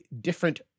different